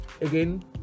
again